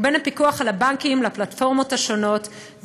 ובין הפיקוח על הבנקים לפלטפורמות השונות,